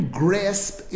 grasp